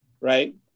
right